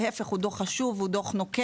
להיפך, הוא דוח חשוב ונוקב.